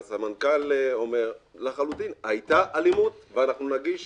והסמנכ"ל אומר: לחלוטין, היתה אלימות, ואנחנו נגיש